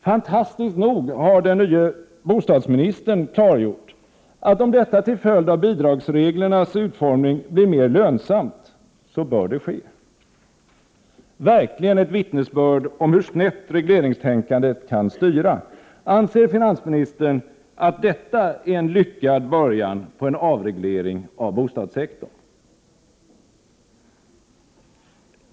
Fantastiskt nog har den nye bostadsministern klargjort att om detta till följd av bidragsreglernas utformning blir mer lönsamt, så bör det ske. Verkligen ett vittnesbörd om hur snett regleringstänkandet kan styra! Anser finansministern att detta är en lyckad början på en avreglering av bostadssektorn?